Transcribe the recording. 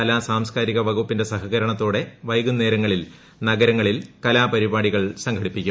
കലാ സാംസ്കാരിക വകുപ്പിന്റെ സഹകരണത്തോടെ വൈകുന്നേരങ്ങളിൽ നഗരത്തിൽ കലാപരിപാടികൾ സംഘടിപ്പിക്കും